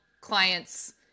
clients